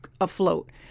afloat